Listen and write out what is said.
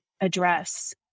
address